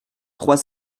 trois